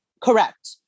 Correct